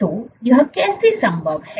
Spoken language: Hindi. तो यह कैसे संभव है